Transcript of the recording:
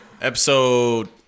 episode